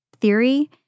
theory